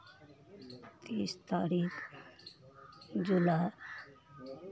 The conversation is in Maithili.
तीस तारीख जुलाई